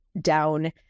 down